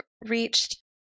reached